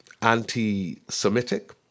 anti-Semitic